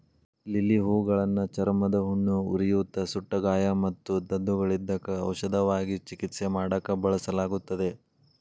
lily ಹೂಗಳನ್ನ ಚರ್ಮದ ಹುಣ್ಣು, ಉರಿಯೂತ, ಸುಟ್ಟಗಾಯ ಮತ್ತು ದದ್ದುಗಳಿದ್ದಕ್ಕ ಔಷಧವಾಗಿ ಚಿಕಿತ್ಸೆ ಮಾಡಾಕ ಬಳಸಲಾಗುತ್ತದೆ